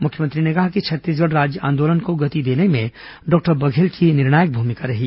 मुख्यमंत्री ने कहा कि छत्तीसगढ़ राज्य आंदोलन को गति देने में डॉक्टर बघेल की निर्णायक भूमिका रही